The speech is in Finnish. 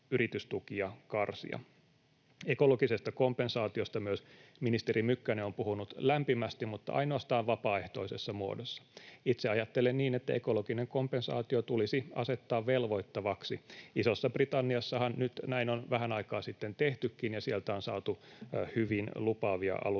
Ekologisesta kompensaatiosta myös ministeri Mykkänen on puhunut lämpimästi, mutta ainoastaan vapaaehtoisessa muodossa. Itse ajattelen niin, että ekologinen kompensaatio tulisi asettaa velvoittavaksi. Isossa-Britanniassahan nyt näin on vähän aikaa sitten tehtykin, ja sieltä on saatu hyvin lupaavia alustavia